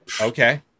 Okay